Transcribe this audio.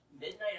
midnight